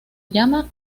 llama